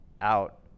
out